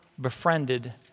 befriended